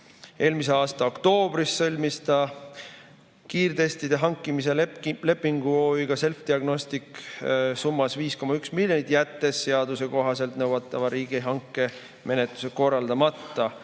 Eelmise aasta oktoobris sõlmis ta kiirtestide hankimise lepingu OÜ‑ga Selfdiagnostics summas 5,1 miljonit, jättes seaduse kohaselt nõutava riigihankemenetluse korraldamata.